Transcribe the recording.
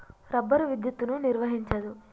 rubber విద్యుత్తును నిర్వహించదు